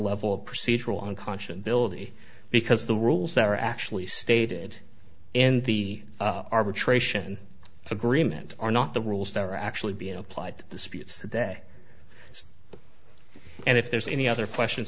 level of procedural unconscious building because the rules that are actually stated in the arbitration agreement are not the rules that are actually being applied disputes today and if there's any other questions